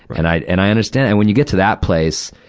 and i, and i understand. and when you get to that place,